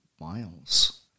miles